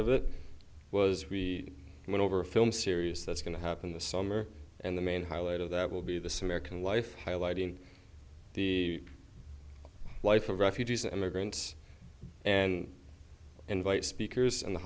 of it was we went over a film series that's going to happen this summer and the main highlight of that will be this american life highlighting the life of refugees and immigrants and invite speakers and the